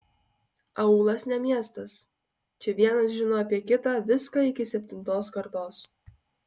aūlas ne miestas čia vienas žino apie kitą viską iki septintos kartos